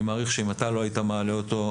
אני מעריך שאם אתה לא היית מעלה אותו,